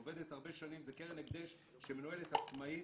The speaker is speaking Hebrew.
היא עובדת הרבה שנים, זה קרן הקדש שמנוהלת עצמאית,